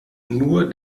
nur